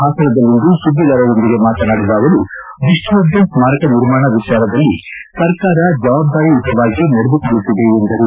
ಹಾಸನದಲ್ಲಿಂದು ಸುದ್ದಿಗಾರರೊಂದಿಗೆ ಮಾತನಾಡಿದ ಅವರು ವಿಷ್ಣುವರ್ಧನ್ ಸ್ಕಾರಕ ನಿರ್ಮಾಣ ವಿಚಾರದಲ್ಲಿ ಸರ್ಕಾರ ಜವಾಬ್ದಾರಿಯುತವಾಗಿ ನಡೆದುಕೊಳ್ಳುತ್ತಿದೆ ಎಂದರು